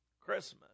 Christmas